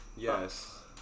Yes